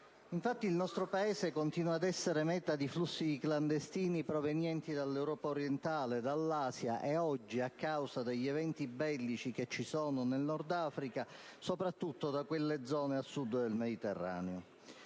Infatti, il nostro Paese continua ad essere meta di flussi di clandestini provenienti dall'Europa orientale, dall'Asia e, oggi, a causa degli eventi bellici che ci sono nel Nord Africa, soprattutto dalla costa Sud del Mediterraneo.